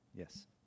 Yes